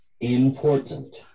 important